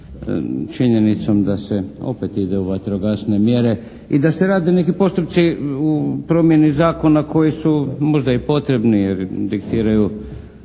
činjenicom da se opet ide u vatrogasne mjere i da se rade neki postupci u promjeni zakona koji su možda i potrebni jer ih diktiraju